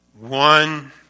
one